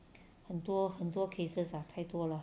很多很多 cases ah 太多了